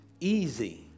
easy